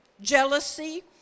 jealousy